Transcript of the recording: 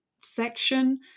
section